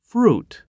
Fruit